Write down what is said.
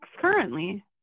currently